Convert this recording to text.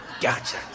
Gotcha